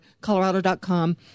colorado.com